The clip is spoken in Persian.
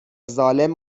ظالم